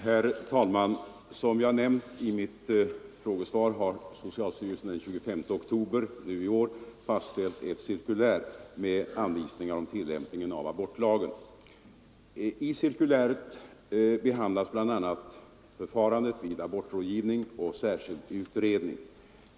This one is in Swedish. Herr talman! Som jag nämnt i mitt frågesvar har socialstyrelsen den 25 oktober nu i år fastställt ett cirkulär med anvisningar om tillämpningen av abortlagen. I cirkuläret behandlas bl.a. förfarandet vid abortrådgivning och särskild utredning.